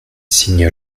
signe